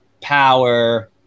power